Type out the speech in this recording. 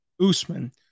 Usman